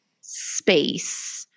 space